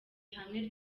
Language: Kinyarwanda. ihame